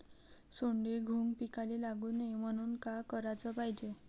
सोंडे, घुंग पिकाले लागू नये म्हनून का कराच पायजे?